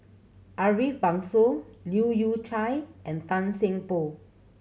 Ariff Bongso Leu Yew Chye and Tan Seng Poh